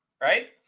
Right